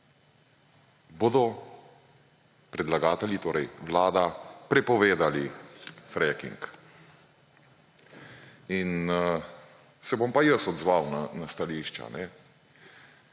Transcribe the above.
bodo predlagatelji, torej Vlada, prepovedali fracking. Se bom pa jaz odzval na stališča.